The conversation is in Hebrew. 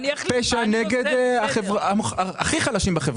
פשע נגד הכי חלשים בחברה.